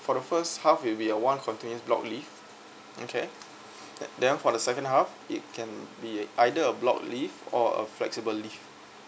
for the first half will be a one continuous block leave okay then for the second half it can be either a block leave or a flexible leave